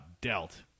dealt